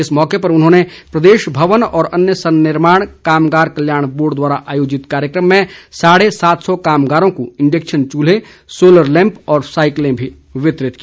इस मौके पर उन्होंने प्रदेश भवन व अन्य सननिर्माण कामगार कल्याण बोर्ड द्वारा आयोजित कार्यक्रम में साढ़े सात सौ कामगारों को इंडेक्शन चूल्हे सोलर लैम्प व साईकिलें भी वितरित की